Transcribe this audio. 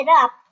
up